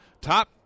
top